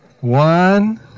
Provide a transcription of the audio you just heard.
One